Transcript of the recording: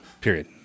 Period